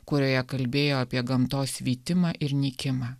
kurioje kalbėjo apie gamtos vytimą ir nykimą